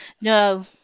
no